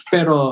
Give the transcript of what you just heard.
Pero